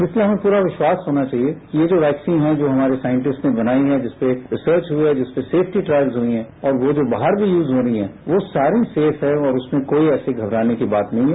इसलिए हमें पूरा विश्वास होना चाहिए कि ये जो वैक्सीन हैं जो हमारे साइंटिस्ट्स ने बनाई हैं जिसपर रिसर्च हुई हैं जिसपर सेफ्टी ट्रायल्स हुए हैं और वो जो बाहर भी यूज होनी हैं वो सारी सेफ हैं और उसमें कोई ऐसी घबराने वाली बात नहीं हैं